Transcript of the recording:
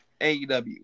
AEW